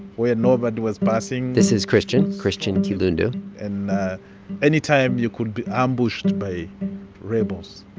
where nobody was passing this is christian christian kilundo and any time, you could be ambushed by rebels.